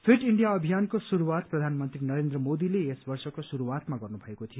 fit India अभियानको शुरूआत प्रधानमन्त्री नरेन्द्र मोदीले यस वर्षको शुरूआतमा गर्नुभएको थियो